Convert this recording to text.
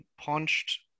Punched